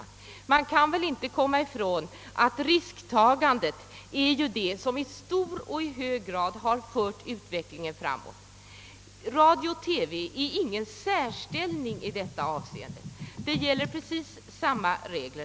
Man får nämligen inte bortse från att just risktagandet i hög grad har fört utvecklingen framåt. Radio och TV intar ingen särställning i det avseendet. För dem gäller precis samma regler.